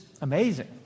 amazing